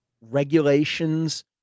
regulations